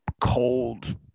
cold